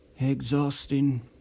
Exhausting